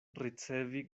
ricevi